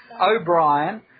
O'Brien